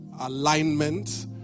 alignment